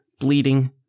bleeding